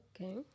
Okay